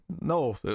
No